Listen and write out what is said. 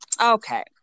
okay